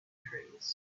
trees